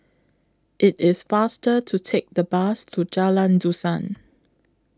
IT IS faster to Take The Bus to Jalan Dusan